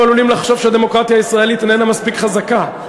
היינו עלולים לחשוב שהדמוקרטיה הישראלית איננה מספיק חזקה,